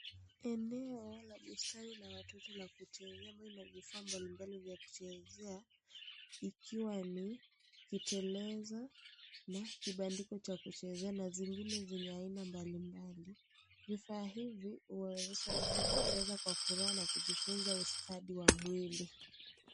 Eneo la bustani la watoto la kuchezea ambalo ina vifaa mbali mbali vya kuchezea ikiwa ni kiteleza na kibandiko cha kuchezea na zingine za aina mbali mbali. Vifaa hivi huwezesha watoto kucheza kwa furaha na kujifunza ustadi wa mwili.